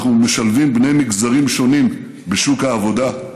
אנחנו משלבים בני מגזרים שונים בשוק העבודה,